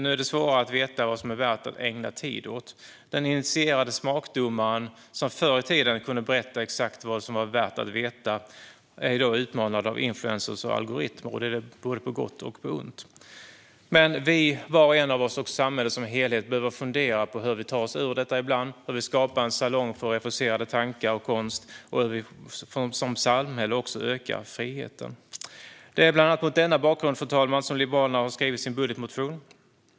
Nu är det svåra att veta vad som är värt att ägna tid åt. Den initierade smakdomaren som förr i tiden exakt kunde berätta vad som var värt att veta är i dag utmanad av influencers och algoritmer, och det är på både gott och ont. Var och en av oss och samhället som helhet behöver ibland fundera på hur vi tar oss ur detta, hur vi skapar en salong för refuserade tankar och konst, och hur vi som samhälle ökar friheten. Fru talman! Det är bland annat mot denna bakgrund som Liberalerna har skrivit sin budgetmotion.